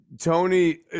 Tony